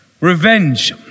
Revenge